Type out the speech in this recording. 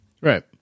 Right